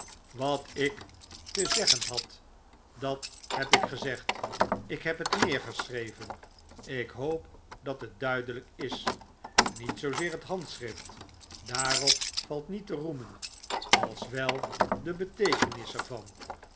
wat ik te zeggen had dat heb ik gezegd ik heb het neergeschreven ik hoop dat het duidelijk is niet zoozeer het handschrift daarop valt niet te roemen als wel de beteekenis